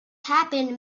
happened